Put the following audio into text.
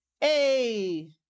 hey